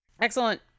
Excellent